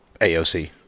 AOC